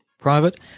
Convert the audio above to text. private